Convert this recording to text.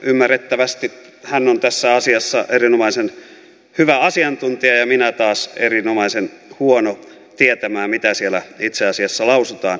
ymmärrettävästi hän on tässä asiassa erinomaisen hyvä asiantuntija ja minä taas erinomaisen huono tietämään mitä siellä itse asiassa lausutaan